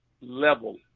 level